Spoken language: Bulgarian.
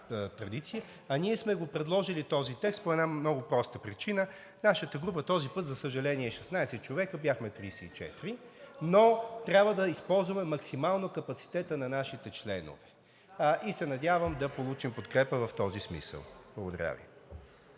традиция. Ние сме го предложили този текст по една много проста причина. Нашата група този път, за съжаление, е 16 човека – бяхме 34, но трябва да използваме максимално капацитета на нашите членове. Надявам се да получим подкрепа в този смисъл. Благодаря Ви.